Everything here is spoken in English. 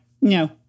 no